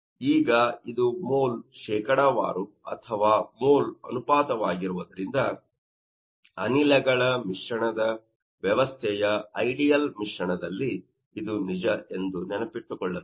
ಈಗ ಇದು ಮೋಲ್ ಶೇಕಡಾವಾರು ಅಥವಾ ಮೋಲ್ ಅನುಪಾತವಾಗಿರುವುದರಿಂದ ಅನಿಲಗಳ ಮಿಶ್ರಣದ ವ್ಯವಸ್ಥೆಯ ಐಡಿಯಲ್ ಮಿಶ್ರಣದಲ್ಲಿ ಇದು ನಿಜ ಎಂದು ನೀವು ನೆನಪಿಟ್ಟುಕೊಳ್ಳಬೇಕು